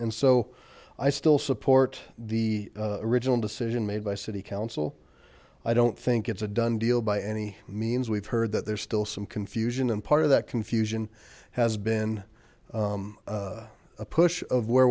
and so i still support the original decision made by city council i don't think it's a done deal by any means we've heard that there's still some confusion and part of that confusion has been a push of where